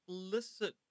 explicit